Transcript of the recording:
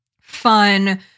fun